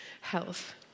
health